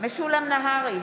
משולם נהרי,